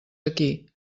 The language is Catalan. aquí